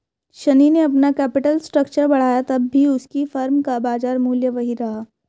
शनी ने अपना capital structure बढ़ाया तब भी उसकी फर्म का बाजार मूल्य वही रहा